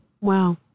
wow